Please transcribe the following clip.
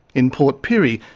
in port pirie,